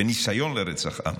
בניסיון לרצח עם.